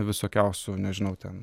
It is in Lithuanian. visokiausių nežinau ten